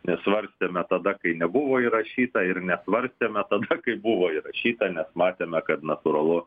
mes svarstėme tada kai nebuvo įrašyta ir nesvarstėme tada kaip buvo įrašyta nes matėme kad natūralu